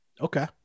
Okay